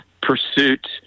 pursuit